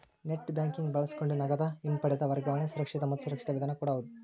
net banking ಬಳಸಕೊಂಡ ನಗದ ಹಿಂಪಡೆದ ವರ್ಗಾವಣೆ ಸುರಕ್ಷಿತ ಮತ್ತ ಸುರಕ್ಷಿತ ವಿಧಾನ ಕೂಡ ಹೌದ್